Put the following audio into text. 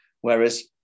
Whereas